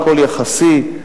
הכול יחסי,